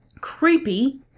creepy